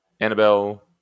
Annabelle